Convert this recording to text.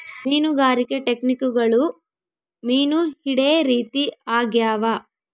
ಮೀನುಗಾರಿಕೆ ಟೆಕ್ನಿಕ್ಗುಳು ಮೀನು ಹಿಡೇ ರೀತಿ ಆಗ್ಯಾವ